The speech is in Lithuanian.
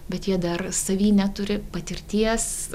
bet jie dar savy neturi patirties